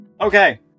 Okay